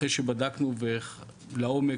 אחרי שבדקנו לעומק